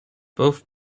both